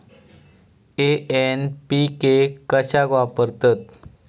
NPK कशाक वापरतत?